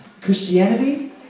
Christianity